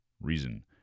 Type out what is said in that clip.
reason